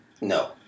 No